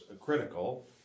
critical